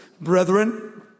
brethren